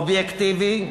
אובייקטיבי,